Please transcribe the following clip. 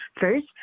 first